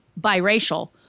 biracial